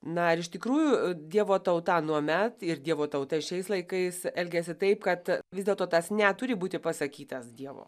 na ir iš tikrųjų dievo tauta anuomet ir dievo tauta šiais laikais elgiasi taip kad vis dėlto tas ne turi būti pasakytas dievo